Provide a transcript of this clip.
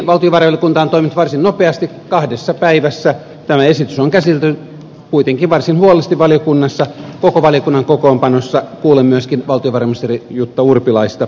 myöskin valtiovarainvaliokunta on toiminut varsin nopeasti kahdessa päivässä tämä esitys on käsitelty kuitenkin varsin huolellisesti valiokunnassa koko valiokunnan kokoonpanossa kuullen myöskin valtiovarainministeri jutta urpilaista